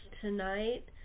tonight